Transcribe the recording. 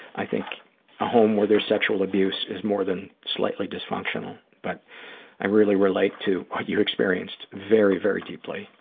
i think ah home where there's sexual abuse is more than slightly dysfunctional. but i really relate to what you experienced very, very deeply,